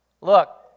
Look